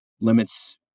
limits